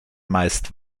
meist